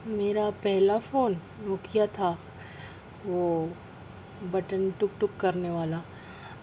میرا پہلا phone Nokia تھا وہ بٹن ٹُک ٹُک كرنے والا